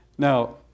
Now